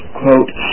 quote